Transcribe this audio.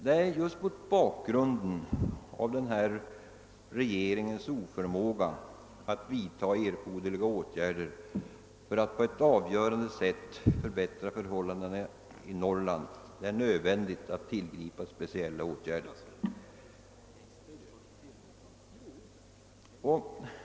Nej, just mot bakgrunden av regeringens oförmåga att vidta erforderliga åtgärder för att på ett avgörande sätt förbättra förhållandena i Norrland är det nödvändigt att tillgripa speciella åtgärder.